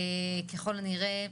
ככל הנראה,